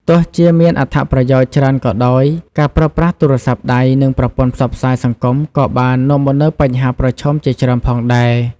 ទោះជាមានអត្ថប្រយោជន៍ច្រើនក៏ដោយ ការប្រើប្រាស់ទូរស័ព្ទដៃ និងប្រព័ន្ធផ្សព្វផ្សាយសង្គមក៏បាននាំមកនូវបញ្ហាប្រឈមជាច្រើនផងដែរ។